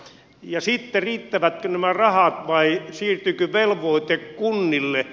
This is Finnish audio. ja sitten riittävätkö nämä rahat vai siirtyykö velvoite kunnille